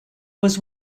was